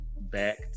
back